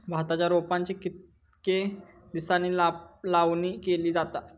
भाताच्या रोपांची कितके दिसांनी लावणी केली जाता?